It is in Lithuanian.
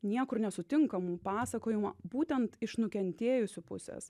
niekur nesutinkamų pasakojimų būtent iš nukentėjusių pusės